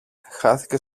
χάθηκε